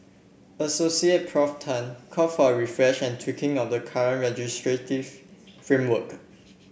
Assoc Prof Tan for a refresh and tweaking of the current legislative framework